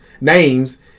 names